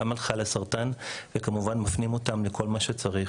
גם על ׳חלאסרטן׳ וכמובן שהפנינו אותה לכל מה שצריך.